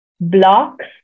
blocks